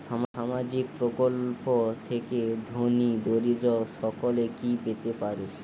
সামাজিক প্রকল্প থেকে ধনী দরিদ্র সকলে কি পেতে পারে?